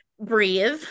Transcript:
breathe